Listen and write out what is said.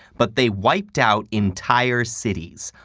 but they wiped out entire cities,